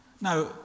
Now